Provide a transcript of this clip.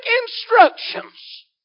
instructions